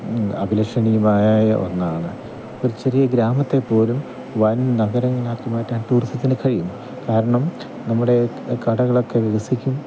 അഭിലഷണീയമായ ഒന്നാണ് ഒരു ചെറിയ ഗ്രാമത്തെപ്പോലും വൻ നഗരങ്ങളാക്കി മാറ്റാൻ ടൂറിസത്തിന് കഴിയും കാരണം നമ്മുടെ കടകളൊക്കെ വികസിക്കും